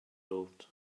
loved